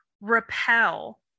repel